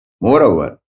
Moreover